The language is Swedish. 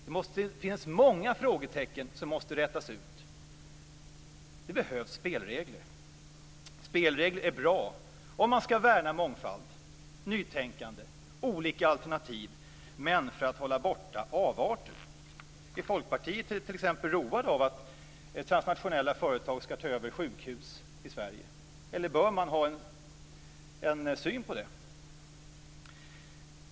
Det finns många frågetecken som måste rätas ut. Det behövs spelregler. Spelregler är bra om man ska värna mångfald, nytänkande, olika alternativ och för att hålla avarter borta. Är Folkpartiet t.ex. roat av att transnationella företag ska ta över sjukhus i Sverige? Bör man ha någon syn på det?